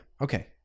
Okay